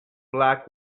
black